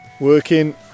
Working